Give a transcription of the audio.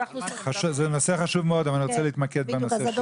זה נושא חשוב מאוד אבל אני רוצה להתמקד בנושא שלנו.